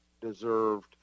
deserved